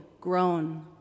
grown